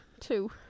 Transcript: two